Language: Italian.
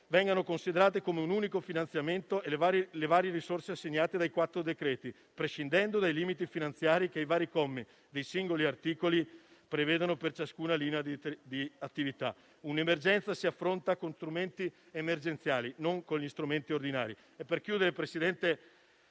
vengano considerate come un unico finanziamento e le varie risorse assegnate dai quattro decreti, prescindendo dai limiti finanziari che i vari commi dei singoli articoli prevedono per ciascuna linea di attività. Un'emergenza si affronta con strumenti emergenziali, non con quelli ordinari.